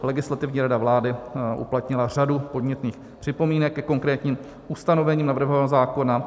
Legislativní rada vlády uplatnila řadu podnětných připomínek ke konkrétním ustanovením navrhovaného zákona.